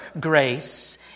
grace